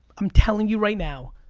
i'm telling you right now,